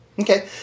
Okay